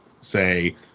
say